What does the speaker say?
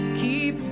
keep